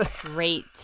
Great